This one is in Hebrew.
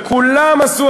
וכולם עשו,